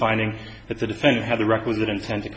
finding that the defendant had the requisite intent to